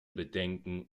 bedenken